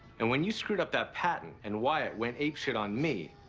and when you screwed up that patent and wyatt went apeshit on me,